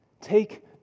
Take